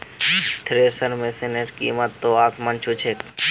thresher मशिनेर कीमत त आसमान छू छेक